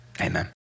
amen